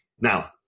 Now